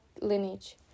lineage